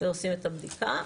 ועושים את הבדיקה.